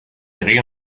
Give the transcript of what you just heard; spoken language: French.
grille